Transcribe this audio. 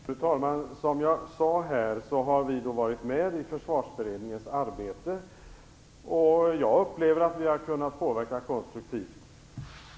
Fru talman! Som jag sade har vi varit med i Försvarsberedningens arbete, och jag upplever det som att vi har kunnat påverka konstruktivt.